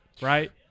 Right